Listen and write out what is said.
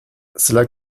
cela